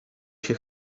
się